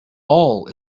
all